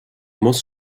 muss